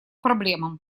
проблемам